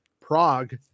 Prague